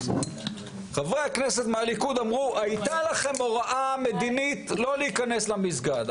חברי הכנסת מהליכוד אמרו שהייתה לכם הוראה מדינית לא להיכנס למסגד,